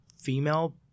female